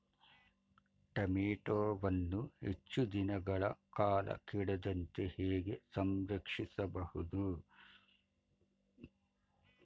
ಟೋಮ್ಯಾಟೋವನ್ನು ಹೆಚ್ಚು ದಿನಗಳ ಕಾಲ ಕೆಡದಂತೆ ಹೇಗೆ ಸಂರಕ್ಷಿಸಬಹುದು?